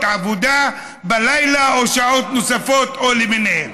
עבודה בלילה או שעות נוספות למיניהן.